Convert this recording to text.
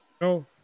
No